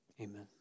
amen